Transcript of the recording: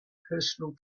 personal